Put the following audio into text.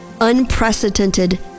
unprecedented